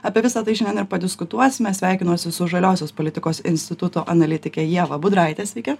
apie visa tai šiandien ir padiskutuosime sveikinosi su žaliosios politikos instituto analitike ieva budraite sveiki